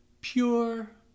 Pure